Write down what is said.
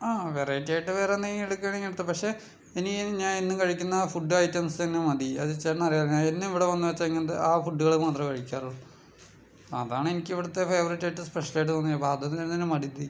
ആ വെറൈറ്റി ആയിട്ട് വേറെ എന്തെങ്കിലും എടുക്കുവാണെങ്കിൽ എടുത്തോ പക്ഷെ ഇനി ഞാൻ എന്നും കഴിക്കുന്ന ഫുഡ് ഐറ്റംസ് തന്നെ മതി അത് ചേട്ടനറിയാല്ലോ ഞാൻ എന്ന് ഇവിടെ വന്നാച്ചാ ഇങ്ങനത്തെ ആ ഫുഡ്കള് മാത്രേ കഴിക്കാറൊള്ളൂ അതാണെനിക്ക് ഇവിടുത്തെ ഫേവറേറ്റായിട്ട് സ്പെഷ്യൽ ആയിട്ട് തോന്നിയേ അപ്പം അത് തന്നെ എടുത്താൽ മതി